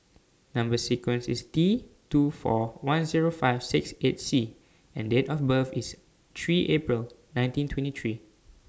Number sequence IS T two four one Zero five six eight C and Date of birth IS three April nineteen twenty three